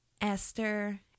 Esther